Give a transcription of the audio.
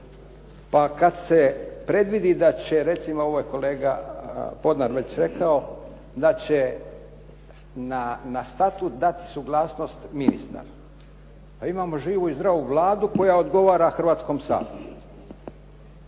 pa kad se predvidi da će, recimo ovo je kolega Podnar već rekao da će na statut dati suglasnost ministar. Pa imamo živu i zdravu Vladu koja odgovara Hrvatskom saboru.